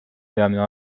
peamine